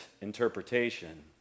interpretation